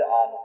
on